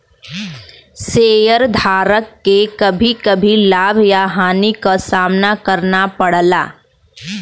शेयरधारक के कभी कभी लाभ या हानि क सामना करना पड़ला